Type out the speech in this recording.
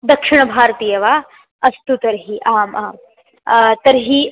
दक्षिणभारतीयः वा अस्तु तर्हि आम् आम् तर्हि